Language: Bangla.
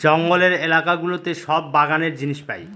জঙ্গলের এলাকা গুলোতে সব বাগানের জিনিস পাই